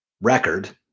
record